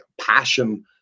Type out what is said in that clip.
passion